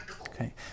Okay